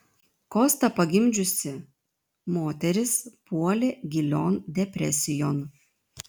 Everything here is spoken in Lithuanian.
kostą pagimdžiusi moteris puolė gilion depresijon